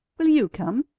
will you come?